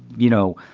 you know,